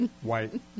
White